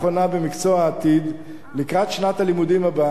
במקצוע העתיד לקראת שנת הלימודים הבאה,